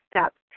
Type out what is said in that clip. steps